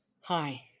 Hi